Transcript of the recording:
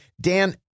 Dan